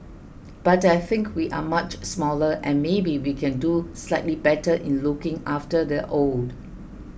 but I think we are much smaller and maybe we can do slightly better in looking after the old